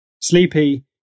Sleepy